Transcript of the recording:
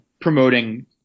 promoting